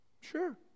Sure